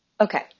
okay